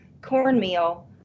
cornmeal